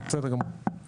בסדר גמור.